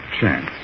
chance